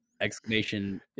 Exclamation